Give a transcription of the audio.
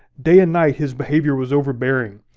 day and night, his behavior was overbearing.